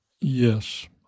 Yes